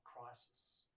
crisis